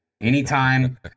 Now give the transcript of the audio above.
Anytime